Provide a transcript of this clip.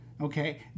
okay